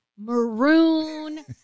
maroon